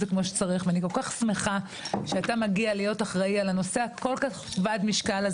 כמו שצריך אני שמחה שאתה מגיע להיות אחראי על הנושא כבד המשקל שהוא